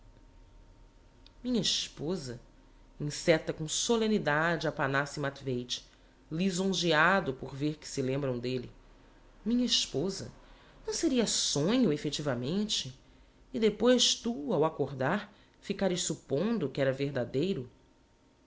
minha esposa enceta com solemnidade aphanassi matveich lisonjeado por ver que se lembram delle minha esposa não seria sonho effectivamente e depois tu ao acordar ficares suppondo que era verdadeiro